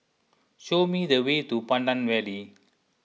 show me the way to Pandan Valley